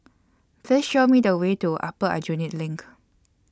Please Show Me The Way to Upper Aljunied LINK